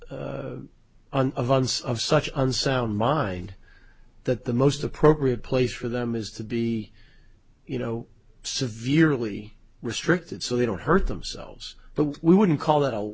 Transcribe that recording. e of such an unsound mind that the most appropriate place for them is to be you know severely restricted so they don't hurt themselves but we wouldn't call